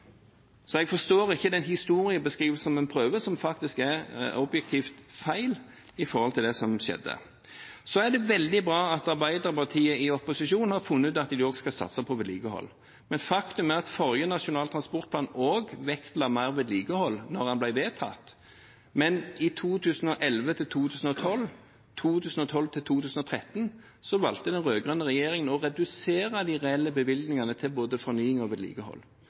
Så jeg forstår ikke den historiebeskrivelsen som en prøver seg på, som faktisk er objektivt feil i forhold til det som skjedde. Så er det veldig bra at Arbeiderpartiet i opposisjon har funnet ut at de også skal satse på vedlikehold. Men faktum er at forrige Nasjonal transportplan også vektla mer vedlikehold da den ble vedtatt. I 2011–2012 og 2012–2013 valgte den rød-grønne regjeringen å redusere de reelle bevilgningene til både fornying og vedlikehold.